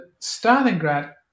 Stalingrad